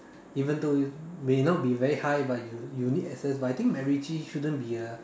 even though may not be very high but you you need access but I think macritchie shouldn't be a